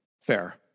Fair